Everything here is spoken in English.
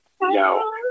no